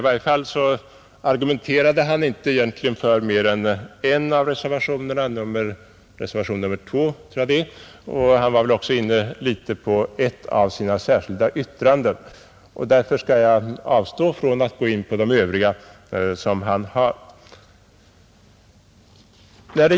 I varje fall argumenterade herr Takman egentligen bara för reservationen 2. Han var väl också något inne på ett av sina särskilda yttranden. Därför skall jag nu avstå från att beröra de övriga.